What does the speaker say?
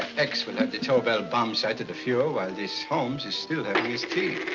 x will have the tobel bomb sight to the fuhrer while this holmes is still having his tea.